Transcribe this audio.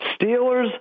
Steelers